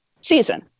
season